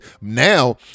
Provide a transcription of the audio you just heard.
Now